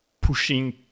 pushing